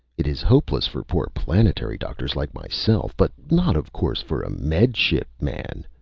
it is hopeless for poor planetary doctors like myself! but not, of course, for a med ship man!